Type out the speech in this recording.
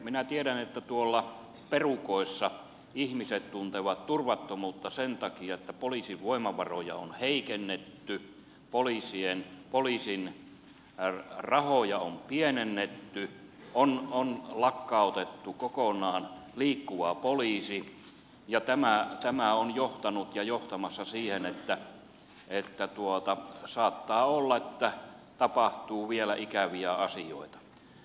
minä tiedän että tuolla perukoissa ihmiset tuntevat turvattomuutta sen takia että poliisin voimavaroja on heikennetty poliisin rahoja on pienennetty on lakkautettu kokonaan liikkuva poliisi ja tämä on johtanut ja on johtamassa siihen että saattaa olla että tapahtuu vielä ikäviä asioita